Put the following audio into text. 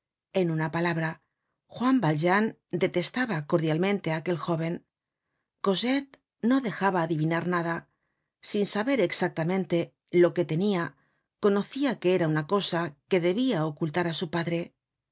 en una palabra juan valjean detestaba cordialmente á aquel jóven cosette no dejaba adivinar nada sin saber exactamente lo que tenia conocia que era una cosa que debia ocultar á su padre